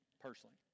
personally